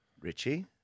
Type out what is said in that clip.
Richie